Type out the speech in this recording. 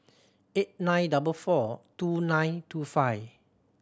eight nine double four two nine two five